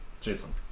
Jason